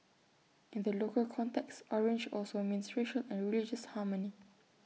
in the local context orange also means racial and religious harmony